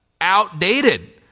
Outdated